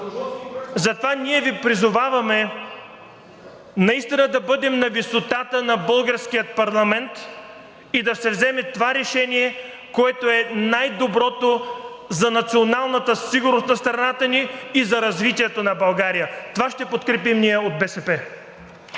Затова ние Ви призоваваме наистина да бъдем на висотата на българския парламент и да се вземе това решение, което е най-доброто за националната сигурност на страната ни и за развитието на България. Това ще подкрепим ние от БСП.